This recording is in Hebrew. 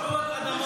לא לכבוש עוד אדמות.